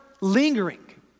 lingering